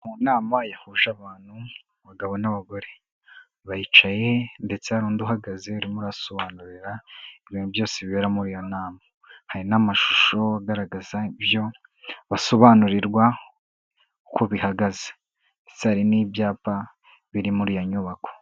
Mu nama yahuje abantu, abagabo n'abagore, baricaye ndetse hari undi uhagaze urimo urasobanurira ibintu byose bibera muri iyo nama, hari n'amashusho agaragaza ibyo basobanurirwa uko bihagaze ndetse hari n'ibyapa biri muri iyo nyubako.